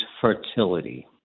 fertility